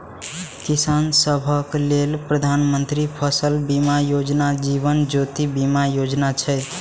किसान सभक लेल प्रधानमंत्री फसल बीमा योजना, जीवन ज्योति बीमा योजना छै